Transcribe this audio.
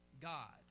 God